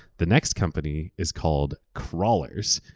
the next company is called krawlers.